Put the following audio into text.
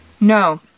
No